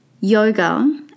Yoga